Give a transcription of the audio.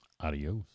Adios